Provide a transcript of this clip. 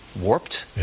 warped